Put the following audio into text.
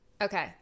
Okay